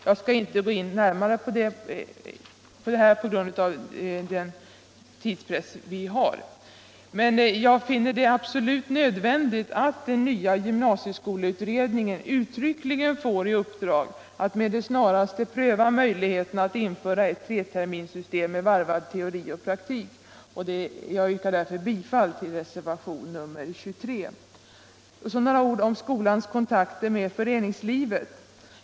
På grund av tidspressen skall jag dock inte gå närmare in här på detta. Det är 97 emellertid absolut nödvändigt att den nya gymnasieskoleutredningen uttryckligen får i uppdrag att med det snaraste pröva möjligheterna att införa ett treterminssystem med varvad teori och praktik. Jag yrkar därför bifall till reservationen 23. Så några ord om skolans kontakter med föreningslivet.